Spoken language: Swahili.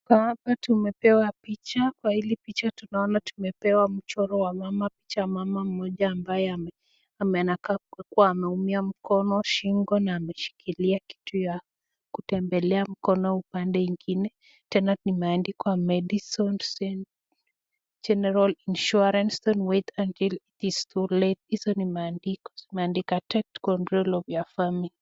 Kwa hapa tumepewa picha. Kwa hili picha tunaona tumepewa mchoro wa mama, picha ya mama mmoja ambaye anakaa kua ameumia mkono, shingo na ameshikilia kitu ya kutembelea mkono upande mwingine. Tena imeandikwa Madison [centre General Insurance. Don't wait until it's too late]. Izo ni maandiko zimeandikwa Take control of your family